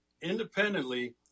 independently